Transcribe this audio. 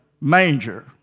manger